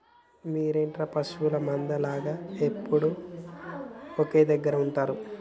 మీరేంటిర పశువుల మంద లాగ ఎప్పుడు ఒకే దెగ్గర ఉంటరు